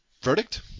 Verdict